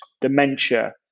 dementia